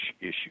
issue